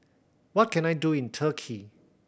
what can I do in Turkey